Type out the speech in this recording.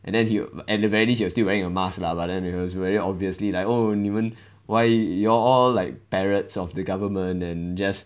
and then he will at the very least he was still wearing a mask lah but then he was very obviously like oh 你们 why you all all like parrots of the government and just